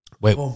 Wait